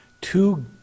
two